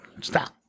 stop